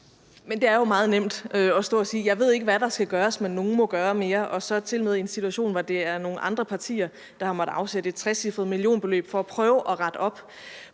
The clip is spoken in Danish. Men det er jo meget nemt at stå og sige: Jeg ved ikke, hvad der skal gøres, men nogle må gøre mere. Og det er tilmed i en situation, hvor det er nogle andre partier, der har måttet afsætte et trecifret millionbeløb for at prøve at rette op